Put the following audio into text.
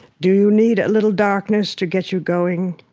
do you need a little darkness to get you going?